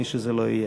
מי שזה לא יהיה.